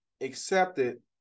Accepted